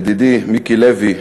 ידידי מיקי לוי,